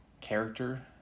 character